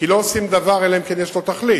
כי לא עושים דבר אלא אם כן יש לו תכלית.